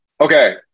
Okay